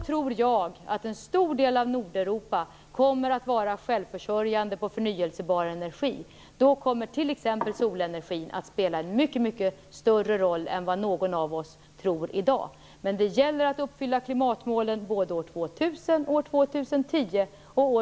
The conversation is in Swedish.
tror jag att en stor del av Nordeuropa kommer att vara självförsörjande när det gäller förnybar energi. Då kommer t.ex. solenergin att spela en mycket större roll än någon av oss tror i dag. Men det gäller att uppfylla klimatmålen år